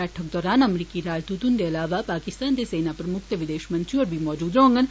बैठक दौरान अमरीकी राजदूत हुन्दे अलावा पाकिस्तान दे सेना प्रमुक्ख ते विदेशमंत्री होर बी मौजूद होंडन